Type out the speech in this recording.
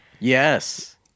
Yes